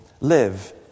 live